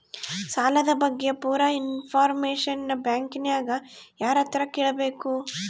ಸಾಲದ ಬಗ್ಗೆ ಪೂರ ಇಂಫಾರ್ಮೇಷನ ಬ್ಯಾಂಕಿನ್ಯಾಗ ಯಾರತ್ರ ಕೇಳಬೇಕು?